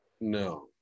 No